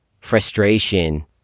frustration